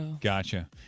Gotcha